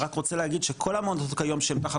אני רק רוצה להגיד שכל המעונות כיום שהם תחת